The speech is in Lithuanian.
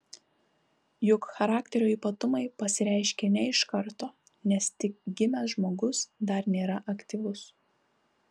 juk charakterio ypatumai pasireiškia ne iš karto nes tik gimęs žmogus dar nėra aktyvus